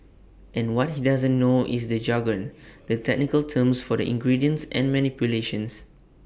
and what he doesn't know is the jargon the technical terms for the ingredients and manipulations